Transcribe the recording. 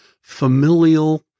familial